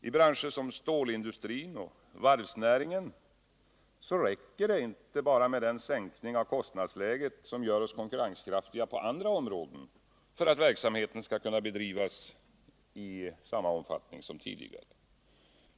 I branscher som stålindustrin och varvsnäringen räcker det inte med den sänkning av kostnadsläget som gör oss konkurrenskraftiga på andra områden för att verksamheten skall kunna bedrivas i samma omfattning som tidigare.